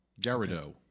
Garrido